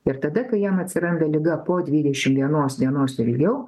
ir tada kai jam atsiranda liga po dvidešimt vienos dienos ilgiau